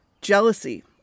jealousy